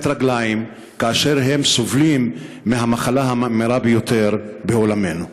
רגליים כאשר הם סובלים מהמחלה הממאירה ביותר בעולמנו?